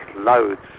loads